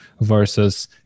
versus